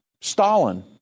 Stalin